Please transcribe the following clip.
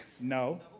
No